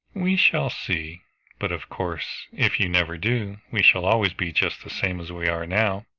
we shall see but of course if you never do, we shall always be just the same as we are now.